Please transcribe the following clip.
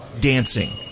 dancing